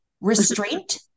Restraint